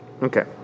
Okay